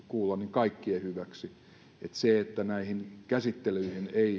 kaikkien hyväksi se että näiden käsittelyjen